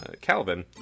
calvin